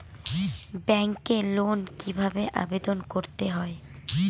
ব্যাংকে লোন কিভাবে আবেদন করতে হয়?